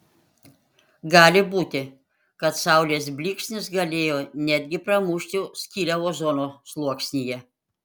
gali būti kad saulės blyksnis galėjo netgi pramušti skylę ozono sluoksnyje